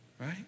Right